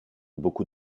beaucoup